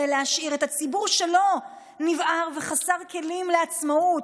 להשאיר את הציבור שלהם נבער וחסר כלים לעצמאות,